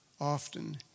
often